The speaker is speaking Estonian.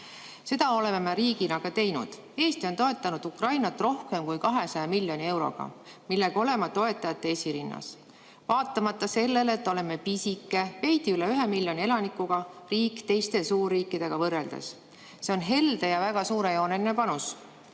Seda oleme me riigina ka teinud. Eesti on toetanud Ukrainat rohkem kui 200 miljoni euroga, millega oleme toetajate esirinnas, vaatamata sellele, et oleme pisike, veidi üle 1 miljoni elanikuga riik teiste, suurriikide [kõrval]. See on helde ja väga suurejooneline panus.